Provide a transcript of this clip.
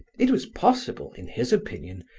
it was possible, in his opinion,